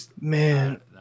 Man